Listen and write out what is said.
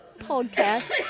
podcast